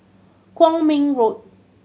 Kwong Min Road